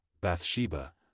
Bathsheba